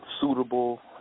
suitable